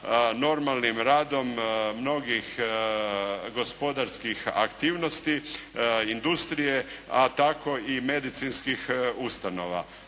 normalnim radom mnogih gospodarskih aktivnosti, industrije a tako i medicinskih ustanova.